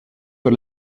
per